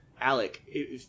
Alec